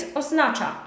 oznacza